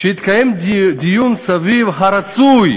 שיתקיים דיון סביב הרצוי